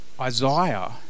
Isaiah